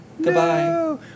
goodbye